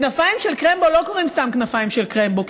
לכנפיים של קרמבו לא קוראים סתם כנפיים של קרמבו,